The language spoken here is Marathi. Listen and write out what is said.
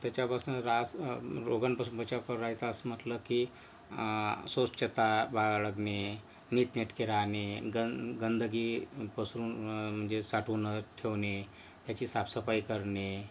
त्याच्यापासनं रास रोगांपासून बचाव करायचा असं म्हटलं की स्वच्छता बाळगणे नीटनेटके राहणे गन गंदगी पसरून म्हणजे साठवून न ठेवणे ह्याची साफसफाई करणे